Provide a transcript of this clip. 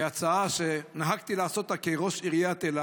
הצעה שנהגתי לעשות אותה כראש עיריית אילת.